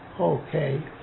Okay